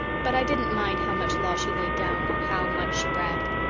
but i didn't mind how much law she laid down or how much she bragged.